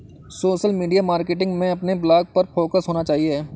social media marketing में अपने blog पर फोकस होना चाहिए